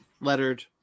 lettered